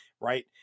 right